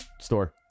store